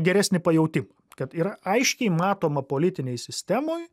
geresnį pajautimą kad yra aiškiai matoma politinėj sistemoj